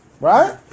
Right